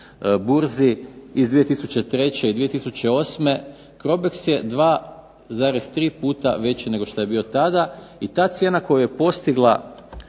burzi iz 2003. i 2008. Crobex je 2,3 puta veći nego što je bio tada. I ta cijena koja je postigla